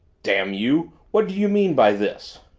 damn you what do you mean by this?